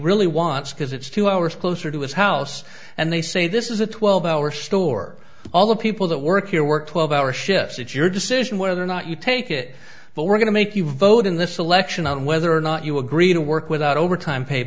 really wants because it's two hours closer to his house and they say this is a twelve hour store all the people that work here work twelve hour shifts it's your decision whether or not you take it but we're going to make you vote in this election on whether or not you agree to work without overtime pay